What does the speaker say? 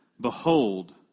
Behold